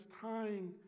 tying